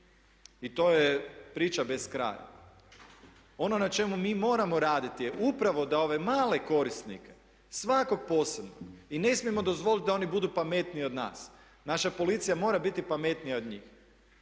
I to je priča bez kraja. Ono na čemu mi moramo raditi je upravo da ove male korisnike, svakog posebno i ne smijemo dozvoliti da oni budu pametniji od nas. Naša policija mora biti pametnija od njih.